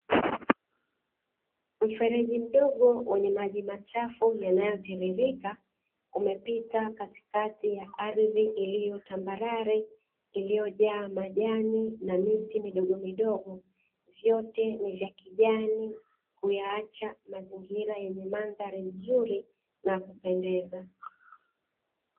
Mfereji mdogo wenye maji machafu yanayotiririka, umepita katikati ya ardhi iliyo tambarare iliyojaa majani na miti midogomidogo, vyote ni vya kijani kuyaacha mazingira yenye mandhari nzuri na ya kupendeza.